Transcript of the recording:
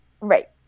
Right